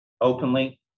openly